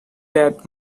that